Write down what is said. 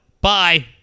Bye